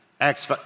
Acts